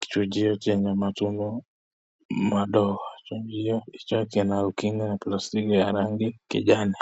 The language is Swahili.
kichungi chenye matundu madogo. Chungi hicho kimefunikwa na plastiki ya rangi kijani.